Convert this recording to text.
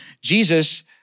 Jesus